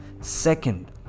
second